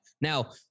Now